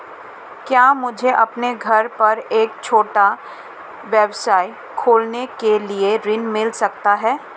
क्या मुझे अपने घर पर एक छोटा व्यवसाय खोलने के लिए ऋण मिल सकता है?